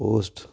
post